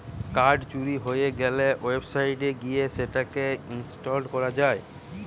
card চুরি হয়ে গ্যালে ওয়েবসাইট গিয়ে সেটা কে হটলিস্ট করা যায়